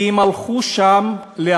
כי הם הלכו לעזה,